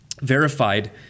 verified